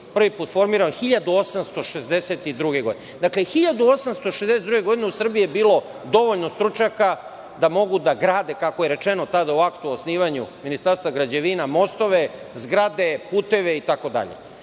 prvi put formirano 1862. godine. Dakle, 1862. godine u Srbiji je bilo dovoljno stručnjaka da mogu da grade, kako je rečeno tada u aktu o osnivanju Ministarstva građevina, mostove, zgrade, puteve, itd.U